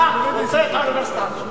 אתה רוצה את האוניברסיטה הזאת,